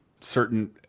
certain –